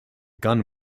gun